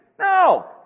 No